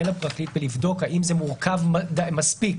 לפרקליט לבדיקה האם זה מורכב מספיק